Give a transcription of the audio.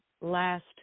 last